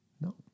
No